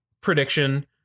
prediction